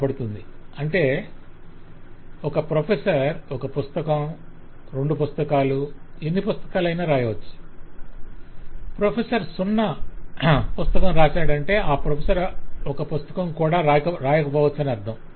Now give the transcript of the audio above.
కనపడుతుని అంటే ఒక ప్రొఫెసర్ ఒక పుస్తకం రెండు పుస్తకాలు ఎన్ని పుస్తకాలు అయినా రాయవచ్చు ప్రొఫెసర్ సున్నా '0' పుస్తకం రాసాడంటే ఆ ప్రొఫెసర్ ఒక పుస్తకం కూడా రాయకపోవచ్చని అర్ధం